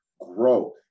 grow